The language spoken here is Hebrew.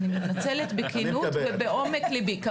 אני מתנצלת בכנות ומעומק ליבי.